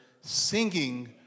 singing